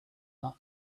that